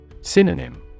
Synonym